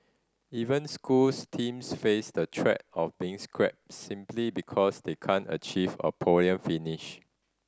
even schools teams face the threat of being scrapped simply because they can achieve a podium finish